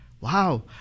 Wow